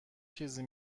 چیزی